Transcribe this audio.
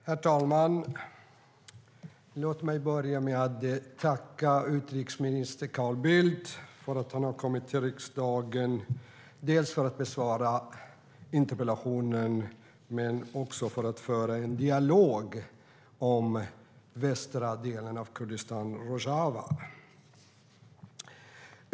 Herr talman! Låt mig börja med att tacka utrikesminister Carl Bildt för att han har kommit till riksdagen dels för att besvara interpellationen, dels för att föra en dialog om den västra delen av Kurdistan, Rojava.